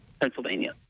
Pennsylvania